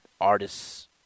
artist's